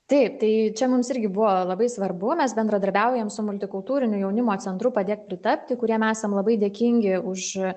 taip tai čia mums irgi buvo labai svarbu mes bendradarbiaujam su multikultūriniu jaunimo centru padėk pritapti kuriem esam labai dėkingi už